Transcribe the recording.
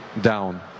down